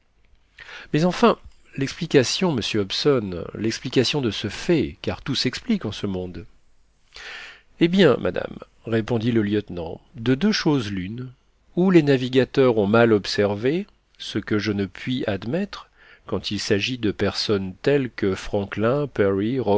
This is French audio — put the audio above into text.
mais enfin l'explication monsieur hobson l'explication de ce fait car tout s'explique en ce monde eh bien madame répondit le lieutenant de deux choses l'une ou les navigateurs ont mal observé ce que je ne puis admettre quand il s'agit de personnages tels que